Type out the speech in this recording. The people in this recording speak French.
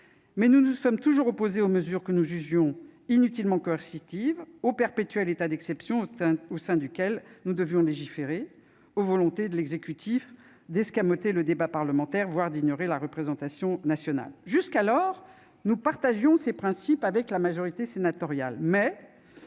Mais nous nous sommes toujours opposés aux mesures que nous jugions inutilement coercitives, au perpétuel état d'exception au sein duquel nous devions légiférer, aux volontés de l'exécutif d'escamoter le débat parlementaire, voire d'ignorer la représentation nationale. Jusqu'à présent, nous partagions ces principes avec la majorité sénatoriale. Mais M.